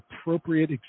appropriate